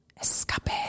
Escape